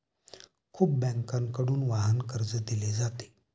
खूप बँकांकडून वाहन कर्ज दिले जाते